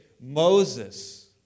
Moses